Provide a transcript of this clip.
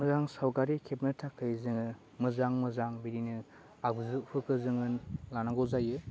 मोजां सावगारि खेबनो थाखाइ जोङो मोजां मोजां बिदिनो आगजुफोरखौ जोङो लानांगौ जायो